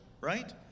right